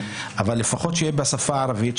אבל לפחות שיהיה בשפה הערבית,